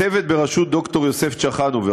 צוות בראשות ד"ר יוסף צ'חנובר,